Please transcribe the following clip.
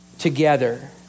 Together